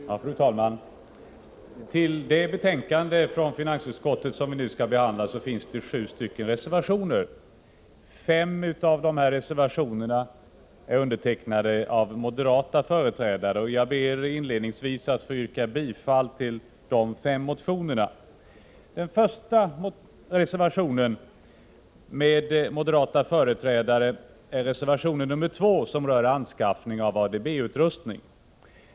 Fru talman! I det betänkande från finansutskottet som vi nu skall behandla finns det sju reservationer. Fem av dessa är undertecknade av moderata företrädare, och jag ber inledningsvis att få yrka bifall till de fem reservationerna. Den första reservationen av moderata företrädare är reservation nr 2, som rör anskaffning av ADB-utrustning.